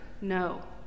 no